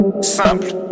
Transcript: Simple